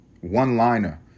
One-liner